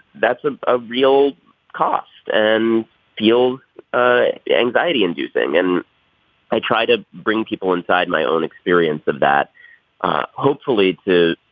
that's a ah real cost and feel ah anxiety inducing. and i try to bring people inside my own experience of that hopefully to